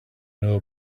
know